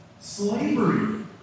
slavery